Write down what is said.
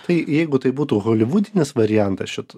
tai jeigu tai būtų holivudinis variantas šito